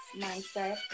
Mindset